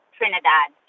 Trinidad